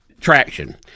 traction